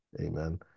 amen